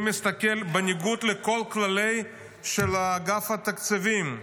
בניגוד לכל כללי אגף התקציבים,